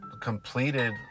completed